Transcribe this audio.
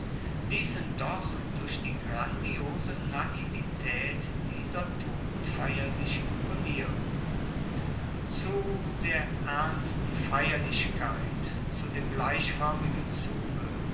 liessen doch durch die grandiose naivitaet dieser totenfeier sich imponieren zu der ernsten feierlichkeit zu dem gleichfoermigen zuge